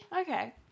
Okay